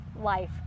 life